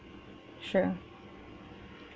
sure